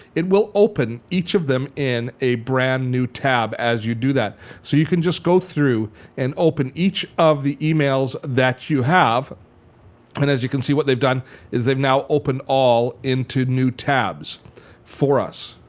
it will open each of them in a brand new tab as you do that. so you can just go through and open each of the emails that you have and as you can see what they've done is they've now open all into new tabs for us